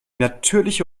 natürliche